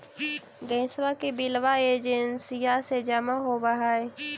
गैसवा के बिलवा एजेंसिया मे जमा होव है?